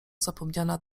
zapomniana